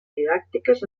didàctiques